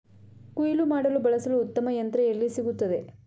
ಕುಯ್ಲು ಮಾಡಲು ಬಳಸಲು ಉತ್ತಮ ಯಂತ್ರ ಎಲ್ಲಿ ಸಿಗುತ್ತದೆ?